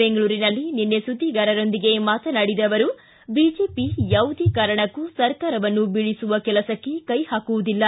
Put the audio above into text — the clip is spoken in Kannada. ಬೆಂಗಳೂರಿನಲ್ಲಿ ನಿನ್ನೆ ಸುದ್ದಿಗಾರರೊಂದಿಗೆ ಮಾತನಾಡಿದ ಅವರು ಬಿಜೆಪಿ ಯಾವುದೇ ಕಾರಣಕ್ಕೂ ಸರ್ಕಾರವನ್ನು ಬೀಳಸುವ ಕೆಲಸಕ್ಕೆ ಕೈ ಹಾಕುವುದಿಲ್ಲ